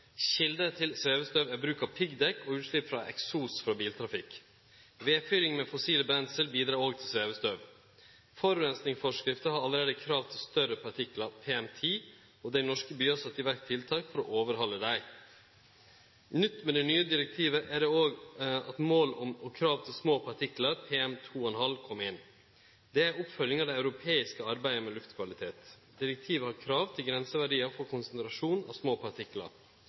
Kjelder til svevestøv er bruk av piggdekk og utslepp av eksos frå biltrafikk. Vedfyring med fossile brensler bidreg òg til svevestøv. Forureiningsforskrifta har allereie krav til større partiklar, PM10, og det er i norske byar sett i verk tiltak for å overhalde dei. Nytt med dette direktivet er nye mål og krav til små partiklar, PM2,5. Dette er ei oppfølging av det europeiske arbeidet med luftkvalitet. Direktivet har krav til grenseverdiar for konsentrasjonar av små